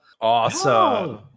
Awesome